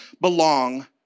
belong